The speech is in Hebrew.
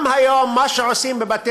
אם כן,